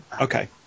Okay